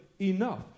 enough